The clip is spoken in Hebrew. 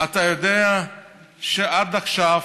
אתה יודע שעד עכשיו,